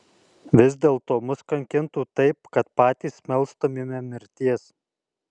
vis dėlto mus kankintų taip kad patys melstumėme mirties